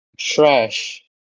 Trash